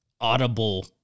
audible